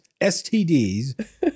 STDs